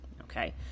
Okay